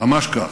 ממש כך.